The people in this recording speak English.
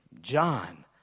John